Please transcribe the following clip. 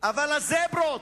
אבל ה"זברות"